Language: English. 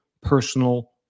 personal